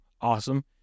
Awesome